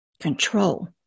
Control